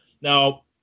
Now